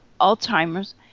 Alzheimer's